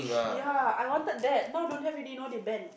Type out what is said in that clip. ya I wanted that now don't have already you know they ban